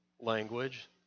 language